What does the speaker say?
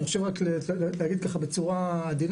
אני חושב רק להגיד ככה בצורה עדינה,